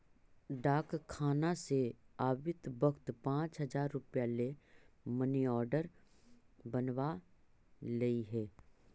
डाकखाना से आवित वक्त पाँच हजार रुपया ले मनी आर्डर बनवा लइहें